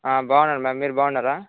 బాగున్నాను మ్యామ్ మీరు బాగున్నారా